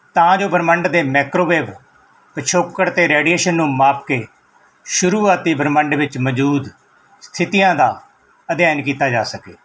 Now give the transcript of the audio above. ਤਾਂ ਜੋ ਬ੍ਰਹਿਮੰਡ ਦੇ ਮੈਕਰੋਵੇਵ ਪਿਛੋਕੜ ਅਤੇ ਰੇਡੀਏਸ਼ਨ ਨੂੰ ਮਾਪ ਕੇ ਸ਼ੁਰੂਆਤੀ ਬ੍ਰਹਿਮੰਡ ਵਿੱਚ ਮੌਜੂਦ ਸਥਿਤੀਆਂ ਦਾ ਅਧਿਐਨ ਕੀਤਾ ਜਾ ਸਕੇ